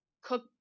cook